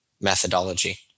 methodology